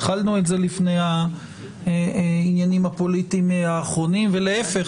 התחלנו את זה לפני העניינים הפוליטיים האחרונים ולהיפך,